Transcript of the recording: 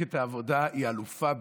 מפלגת העבודה אלופה בזה,